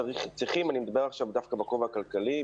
אני מדבר עכשיו דווקא בכובע הכלכלי,